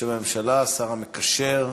בשם הממשלה, השר המקשר.